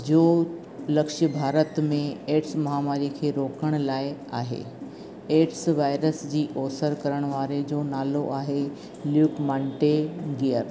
जो लक्ष्य भारत में एडस महामारी खे रोकण लाइ आहे एडस वायरस जी अवसर करण वारे जो नालो आहे ल्यूक मांटेगियर